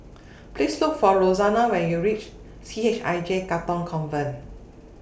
Please Look For Roxana when YOU REACH C H I J Katong Convent